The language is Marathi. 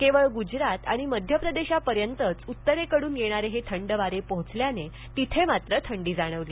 केवळ गुजरात आणि मध्यप्रदेश पर्यंतच उत्तरेकडून येणारे थंड वारे पोहोचल्याने तिथे मात्र थंडी जाणवली